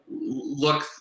look